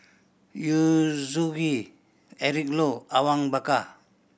Yu Zhuye Eric Low Awang Bakar